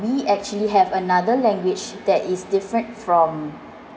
we actually have another language that is different from